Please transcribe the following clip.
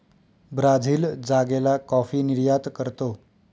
Brazil जागेला coffee निर्यात करतो